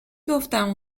گفتم